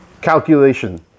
Calculation